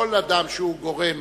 כל אדם שגורם